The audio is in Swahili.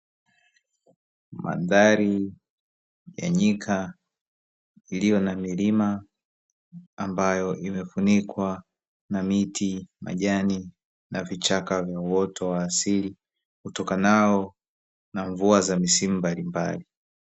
Mandhari ya njika iliyo na milima ambayo imefunikwa na miti, majani na vichaka vya uoto wa asili utokanao na mvua za misimu mbalimbali.